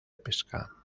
pesca